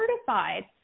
certified